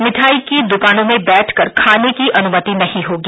मिठाई की दुकानों में बैठकर खाने की अनुमति नहीं होगी